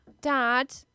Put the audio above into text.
Dad